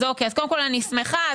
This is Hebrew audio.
קודם כל אני שמחה.